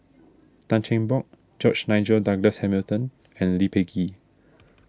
Tan Cheng Bock George Nigel Douglas Hamilton and Lee Peh Gee